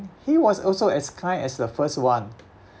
he was also as kind as the first one